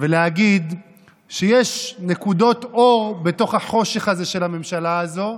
ולהגיד שיש נקודות אור בתוך החושך הזה של הממשלה הזאת,